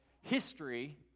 history